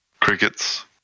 Crickets